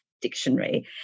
Dictionary